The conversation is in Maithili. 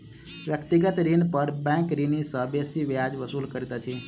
व्यक्तिगत ऋण पर बैंक ऋणी सॅ बेसी ब्याज वसूल करैत अछि